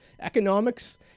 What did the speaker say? economics